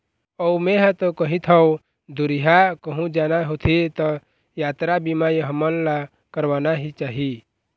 अऊ मेंहा तो कहिथँव दुरिहा कहूँ जाना होथे त यातरा बीमा हमन ला करवाना ही चाही